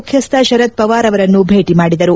ಮುಖ್ವಸ್ಟ ಶರದ್ ಪವಾರ್ ಅವರನ್ನು ಭೇಟಿ ಮಾಡಿದರು